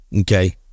okay